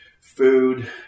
Food